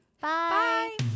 bye